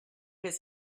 his